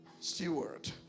steward